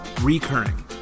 recurring